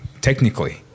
technically